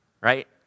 right